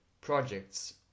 projects